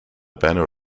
banner